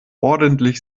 ordentlich